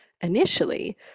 initially